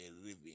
living